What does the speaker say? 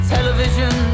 television